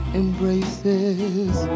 embraces